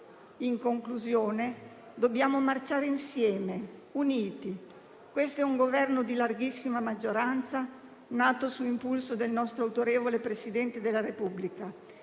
In conclusione, dobbiamo marciare insieme uniti. Quello attuale è un Governo di larghissima maggioranza, nato su impulso del nostro autorevole Presidente della Repubblica.